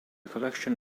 collection